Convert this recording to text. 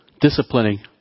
disciplining